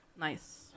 Nice